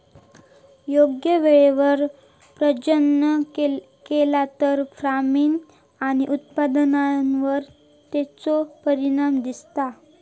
योग्य वेळेवर प्रजनन केला तर फार्मिग आणि उत्पादनावर तेचो परिणाम दिसता